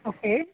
okay